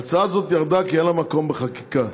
ההצעה הזאת ירדה כי אין לה מקום בחקיקה,